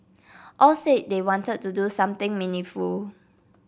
all said they wanted to do something meaningful